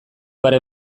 pare